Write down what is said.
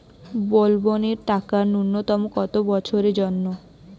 বলবনের টাকা ন্যূনতম কত বছরের জন্য?